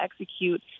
execute